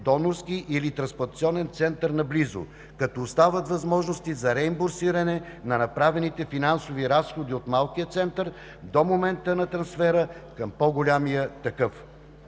донорски или трансплантационен център наблизо, като остават възможности за реимбурсиране на направените финансови разходи от малкия център до момента на трансфера към по-големия такъв.